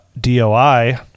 doi